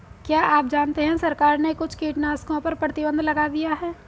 क्या आप जानते है सरकार ने कुछ कीटनाशकों पर प्रतिबंध लगा दिया है?